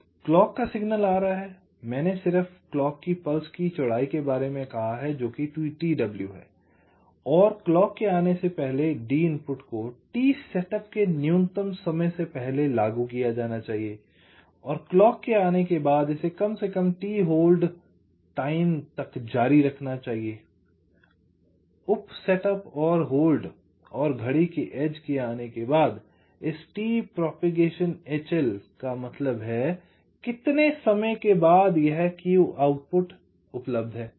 तो क्लॉक का सिग्नल आ रहा है मैंने सिर्फ क्लॉक की पल्स की चौड़ाई के बारे में कहा जो कि t w है और क्लॉक के आने से पहले D इनपुट को t सेटअप के न्यूनतम समय से पहले लागू किया जाना चाहिए और क्लॉक के आने के बाद इसे कम से कम t होल्ड समय तक जारी रखना चाहिए उप सेटअप और होल्ड और घड़ी के एज के आने के बाद इस t प्रोपेगेशन hl का मतलब है कितने समय के बाद यह Q आउटपुट उपलब्ध है